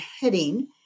heading